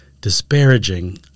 disparaging